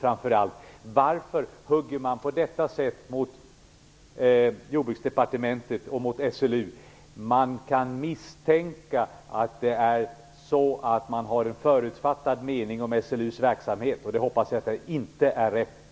Varför då hugga på detta sätt mot Jordbruksdepartementet och SLU? Det kan misstänkas att man har en förutfattad mening om SLU:s verksamhet. Jag hoppas dock att det inte är rätt tolkat.